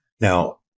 Now